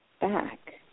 back